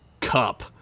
cup